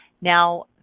Now